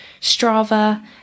Strava